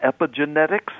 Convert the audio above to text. epigenetics